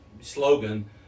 slogan